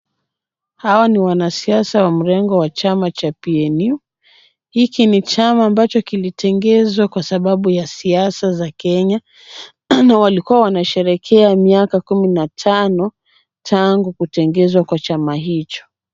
Hawa ni wanasiasa wa mrengo wa chama cha PNU . Hiki ni chama ambacho kilitengenezwa kwa sababu ya siasa za kenya. Jana walikuwa wanasherehekea miaka kumi na tano tangu kutengeneza kwa chama hicho.